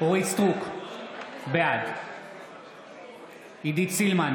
אורית מלכה סטרוק, בעד עידית סילמן,